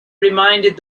reminded